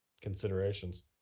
considerations